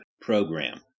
program